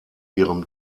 ihrem